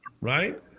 right